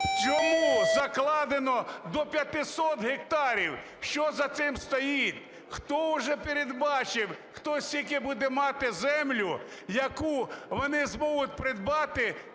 Чому закладено до 500 гектарів? Що за цим стоїть? Хто вже передбачив, хто скільки буде мати землі, яку вони зможуть придбати,